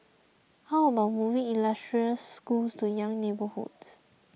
how about moving illustrious schools to young neighbourhoods